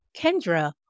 Kendra